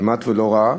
כמעט שלא ראה,